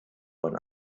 von